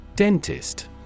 Dentist